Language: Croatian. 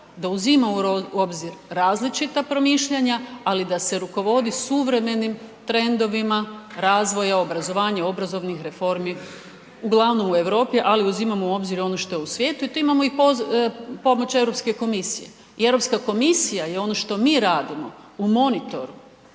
da uzima u obzir različita promišljanja ali da se provodi suvremenim trendovima razvoja obrazovanja, obrazovnih reformi, uglavnom u Europi ali uzimamo u obzir i ono što je u svijetu i tu imamo i pomoć Europske komisije. I Europska komisija i ono što mi radimo u monitoru